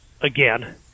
again